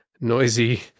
noisy